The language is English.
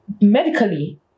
medically